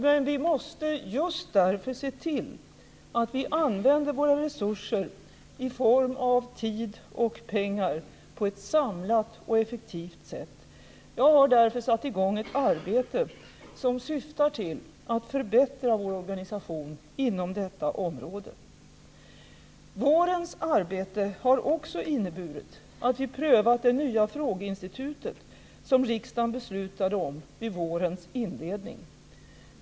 Men vi måste just därför se till att vi använder våra resurser i form av tid och pengar på ett samlat och effektivt sätt. Jag har därför satt i gång ett arbete som syftar till att förbättra vår organisation inom detta område. Vårens arbete har också inneburit att vi prövat det nya frågeinstitut riksdagen beslutade om vid vårens inledning.